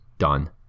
done